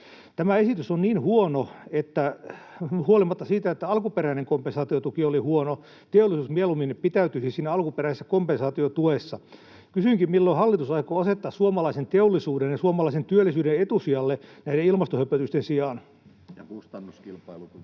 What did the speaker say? Tämä esitys on niin huono, että huolimatta siitä, että alkuperäinen kompensaatiotuki oli huono, teollisuus mieluummin pitäytyisi siinä alkuperäisessä kompensaatiotuessa. Kysynkin, milloin hallitus aikoo asettaa suomalaisen teollisuuden ja suomalaisen työllisyyden etusijalle näiden ilmastohöpötysten sijaan. [Speech 19] Speaker: